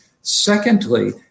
Secondly